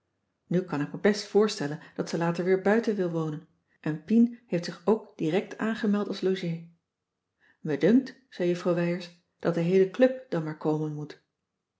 nu kan ik me best voorstellen dat ze later weer buiten wil wonen en pien heeft zich ook direct aangemeld als logée me dunkt zei juffrouw wijers dat de heele club dan maar komen moet